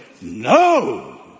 no